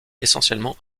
essentiellement